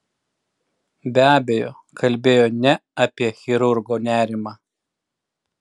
be abejo kalbėjo ne apie chirurgo nerimą